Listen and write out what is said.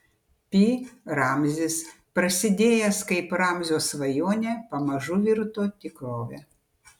pi ramzis prasidėjęs kaip ramzio svajonė pamažu virto tikrove